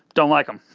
don't like them.